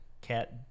cat